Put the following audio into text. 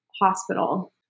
hospital